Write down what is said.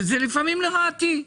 שזה לפעמים לרעתי.